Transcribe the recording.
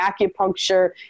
acupuncture